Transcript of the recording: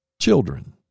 children